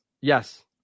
Yes